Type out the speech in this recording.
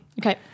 Okay